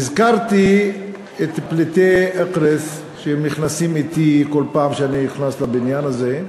הזכרתי את פליטי אקרית שנכנסים אתי כל פעם שאני נכנס לבניין הזה,